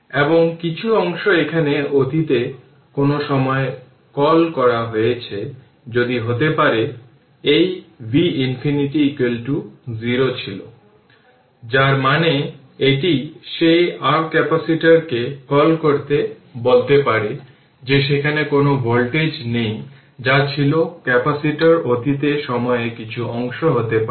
এবং কিছু অংশ এখানে অতীতে কোন কোন সময় কল করা হয়েছে যেটি হতে পারে এই v ইনফিনিটি 0 ছিল যার মানে এটিই সেই r ক্যাপাসিটরকে কল করে বলতে পারে যে সেখানে কোন ভোল্টেজ নেই যা ছিল ক্যাপাসিটর অতীতে সময়ের কিছু অংশ হতে পারে